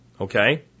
okay